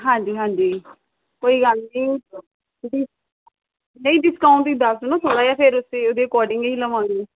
ਹਾਂਜੀ ਹਾਂਜੀ ਕੋਈ ਗੱਲ ਨਹੀਂ ਜੀ ਤੁਸੀਂ ਨਹੀਂ ਡਿਸਕਾਊਂਟ ਤੁਸੀਂ ਦੱਸ ਦਿਉ ਨਾ ਥੋੜ੍ਹਾ ਜਿਹਾ ਫੇਰ ਅਸੀਂ ਉਹਦੇ ਅਕੋਰਡਿੰਗ ਹੀ ਲਵਾਂਗੇ